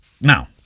Now